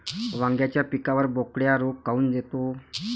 वांग्याच्या पिकावर बोकड्या रोग काऊन येतो?